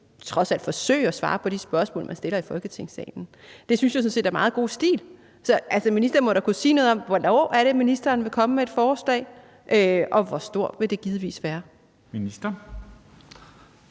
trods alt forsøge at svare på de spørgsmål, man stiller i Folketingssalen. Det synes jeg sådan set er meget god stil. Så ministeren må da kunne sige noget om det. Hvornår er det, ministeren vil komme med et forslag? Og hvor stort vil det givetvis være?